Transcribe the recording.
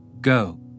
Go